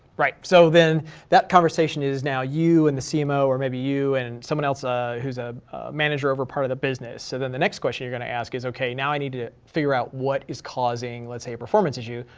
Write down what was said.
right. so then that conversation is now, you and the cmo or maybe you and someone else ah who's a manager over part of the business, so then the next question you're going to ask is, okay, now i need to figure out what is causing, let's say, a performance issue,